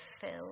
fill